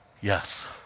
yes